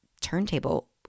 turntable